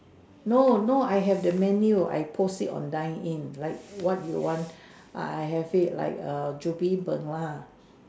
no no I have the menu I post it on dine in like what you want I have it like err chu-bee-png lah